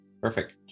perfect